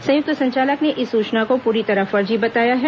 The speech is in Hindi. संयुक्त संचालक ने इस सूचना को पूरी तरह फर्जी बताया है